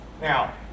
now